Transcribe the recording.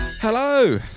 Hello